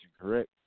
correct